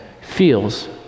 feels